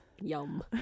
Yum